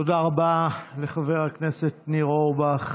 תודה רבה לחבר הכנסת ניר אורבך.